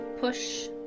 push